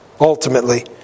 Ultimately